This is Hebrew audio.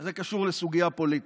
זה קשור לסוגיה פוליטית.